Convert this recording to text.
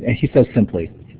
ah he says simply,